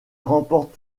remporte